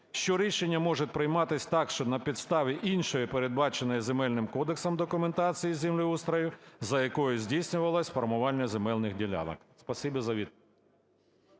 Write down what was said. що рішення може прийматись так, що на підставі іншої передбаченої Земельним кодексом документації землеустрою, за якою здійснювалось формування земельних ділянок?